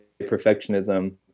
perfectionism